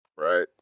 Right